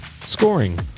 Scoring